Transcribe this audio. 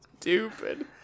stupid